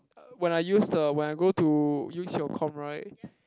when I use the when I go to use your com right